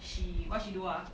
she what she do ah